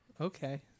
Okay